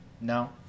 No